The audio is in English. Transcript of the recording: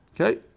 Okay